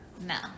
No